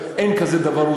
אין כזה דבר,